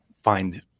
find